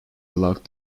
blocked